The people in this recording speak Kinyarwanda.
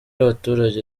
abaturage